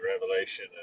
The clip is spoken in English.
revelation